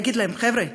להגיד להם: חבר'ה,